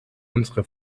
unsere